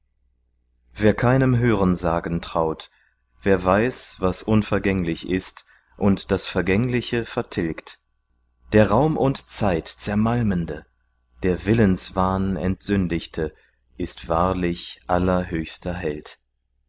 wer keinem hörensagen traut wer weiß was unvergänglich ist und das vergängliche vertilgt der raum und zeit zermalmende der willenswahn entsündigte ist wahrlich allerhöchster held